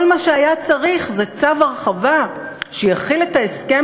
כל מה שהיה צריך זה צו הרחבה שיחיל את ההסכם